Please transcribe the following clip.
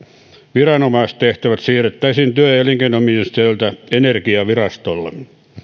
viranomaistehtävät siirrettäisiin työ ja elinkeinoministeriöltä energiavirastolle